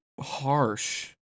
harsh